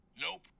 Nope